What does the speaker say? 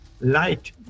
light